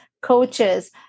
coaches